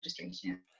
registration